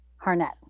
Harnett